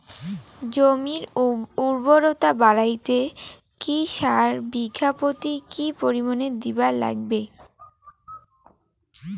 জমির উর্বরতা বাড়াইতে কি সার বিঘা প্রতি কি পরিমাণে দিবার লাগবে?